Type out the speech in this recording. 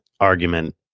argument